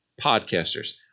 podcasters